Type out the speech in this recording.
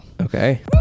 okay